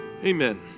Amen